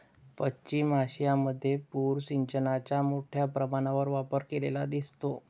पश्चिम आशियामध्ये पूर सिंचनाचा मोठ्या प्रमाणावर वापर केलेला दिसतो